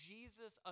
Jesus